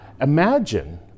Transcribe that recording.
imagine